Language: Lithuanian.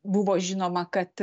buvo žinoma kad